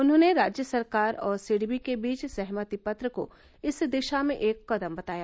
उन्होंने राज्य सरकार और सिडबी के बीच सहमति पत्र को इस दिशा में एक कदम बताया